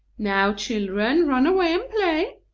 now, children, run away and play.